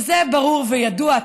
שזה ברור וידוע,